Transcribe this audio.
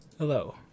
Hello